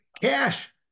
cash